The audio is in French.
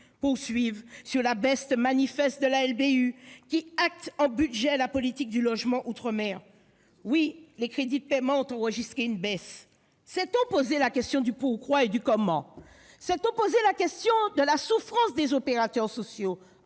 poursuivre sur la baisse manifeste de la LBU, qui acte en budget la politique du logement outre-mer. Oui, les crédits de paiement ont enregistré une baisse. S'est-on posé la question du pourquoi et du comment ? S'est-on posé la question de la souffrance des opérateurs sociaux